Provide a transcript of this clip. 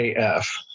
AF